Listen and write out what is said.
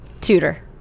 Tutor